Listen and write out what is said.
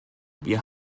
wir